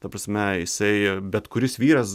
ta prasme jisai bet kuris vyras